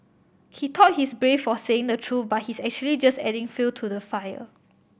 he thought he's brave for saying the true but he's actually just adding fuel to the fire